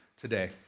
today